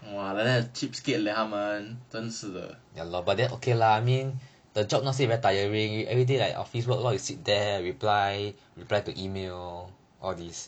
!wah! like that cheapskate leh 他们真的是